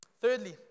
Thirdly